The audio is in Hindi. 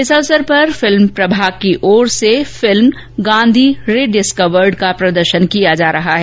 इस अवसर पर फिल्म प्रभाग की ओर से फिल्म गांधी री डिस्कवर्ड का प्रदर्शन किया जा रहा है